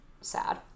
sad